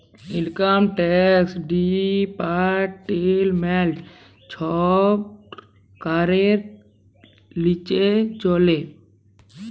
income tax department ছরকারের লিচে চলে